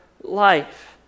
life